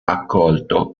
accolto